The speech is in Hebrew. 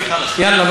יאללה,